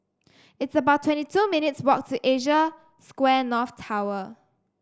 it's about twenty two minutes' walk to Asia Square North Tower